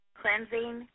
cleansing